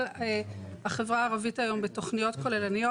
החברה הערבית היום בתכניות כוללניות,